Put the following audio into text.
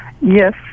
Yes